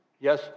Yes